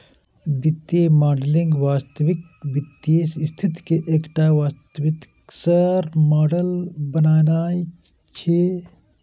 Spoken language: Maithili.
वित्तीय मॉडलिंग वास्तविक वित्तीय स्थिति के एकटा वास्तविक सार मॉडल बनेनाय छियै